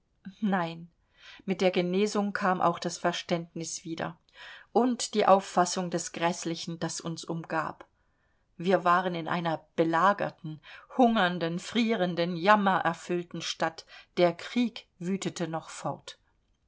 nein mit der genesung kam auch das verständnis wieder und die auffassung des gräßlichen das uns umgab wir waren in einer belagerten hungernden frierenden jammererfüllten stadt der krieg wütete noch fort